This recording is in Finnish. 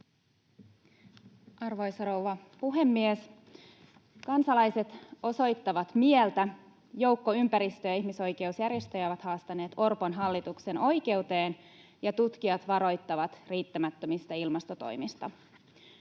Arvoisa rouva puhemies! Kansalaiset osoittavat mieltä, joukko ympäristö- ja ihmisoikeusjärjestöjä ovat haastaneet Orpon hallituksen oikeuteen ja tutkijat varoittavat riittämättömistä ilmastotoimista.